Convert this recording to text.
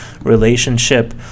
relationship